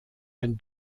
ein